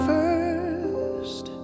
first